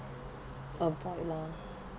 avoid lor